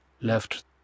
Left